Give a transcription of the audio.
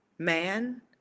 man